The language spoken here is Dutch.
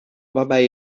waarbij